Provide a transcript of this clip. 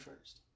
first